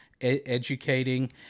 educating